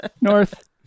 North